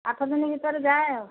ଆଠ ଦିନ ଭିତରେ ଯାଏ ଆଉ